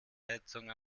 heizung